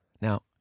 Now